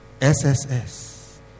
SSS